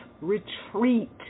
Retreat